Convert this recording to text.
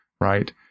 right